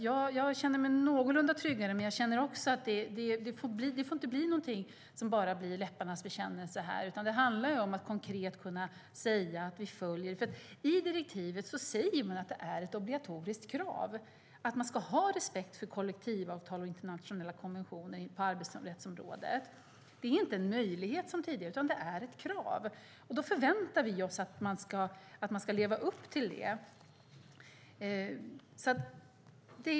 Jag känner mig någorlunda tryggare. Det får dock inte bli bara läpparnas bekännelse, utan det handlar om att konkret kunna säga att vi följer frågan. I direktivet sägs att det är ett obligatoriskt krav att ha respekt för kollektivavtal och internationella konventioner på arbetsrättsområdet. Det är inte som tidigare en möjlighet utan ett krav, och då förväntar vi oss att man ska leva upp till det.